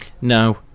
no